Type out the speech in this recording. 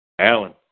Alan